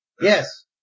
Yes